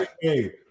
Hey